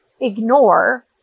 ignore